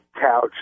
couch